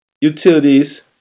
utilities